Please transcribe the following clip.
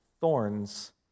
thorns